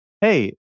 Hey